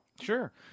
sure